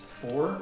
four